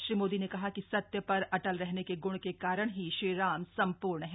श्री मोदी ने कहा कि सत्य पर अटल रहने के गुण के कारण ही श्रीराम सम्पूर्ण हैं